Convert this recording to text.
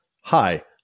Hi